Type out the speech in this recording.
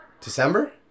December